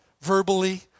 verbally